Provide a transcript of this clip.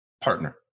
partner